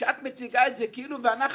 שאת מציגה את זה כאילו אנחנו,